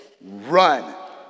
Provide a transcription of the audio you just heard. run